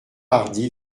hardi